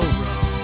road